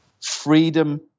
freedom